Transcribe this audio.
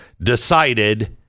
decided